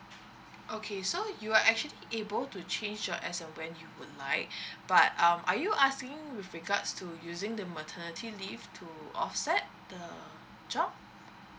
okay so you are actually able to change as and when you would like but um are you asking with regards to using the maternity leave to offset the job